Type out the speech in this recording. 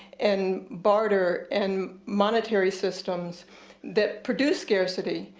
and barter, and monetary systems that produce scarcity.